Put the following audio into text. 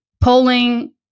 polling